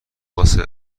واسه